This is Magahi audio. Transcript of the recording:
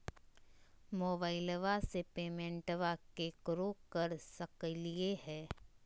मोबाइलबा से पेमेंटबा केकरो कर सकलिए है?